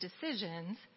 decisions